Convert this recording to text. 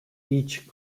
each